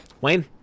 Wayne